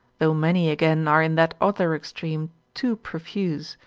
though many again are in that other extreme too profuse,